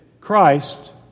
Christ